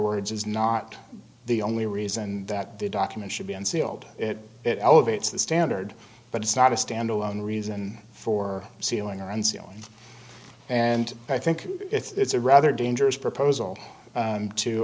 words is not the only reason that the document should be unsealed it elevates the standard but it's not a standalone reason for sealing or unsealing and i think it's a rather dangerous proposal